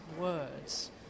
words